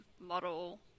model